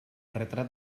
retrat